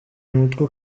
umutwe